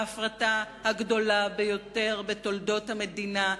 ההפרטה הגדולה ביותר בתולדות המדינה,